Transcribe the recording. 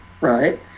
right